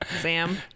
Sam